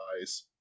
eyes